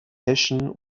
eschen